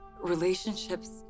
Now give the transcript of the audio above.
relationships